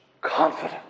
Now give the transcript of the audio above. confidence